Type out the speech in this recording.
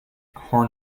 horn